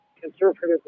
conservative